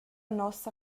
nossa